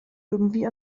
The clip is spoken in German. irgendwie